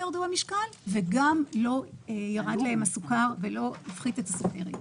ירדו במשקל וגם לא ירד להם הסוכר וזה לא הפחית את הסוכרת.